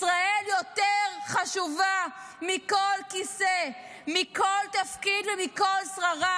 ישראל יותר חשובה מכל כיסא, מכל תפקיד ומכל שררה.